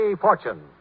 Fortune